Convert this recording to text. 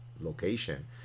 location